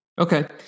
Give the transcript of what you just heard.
Okay